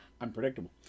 Unpredictable